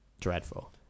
dreadful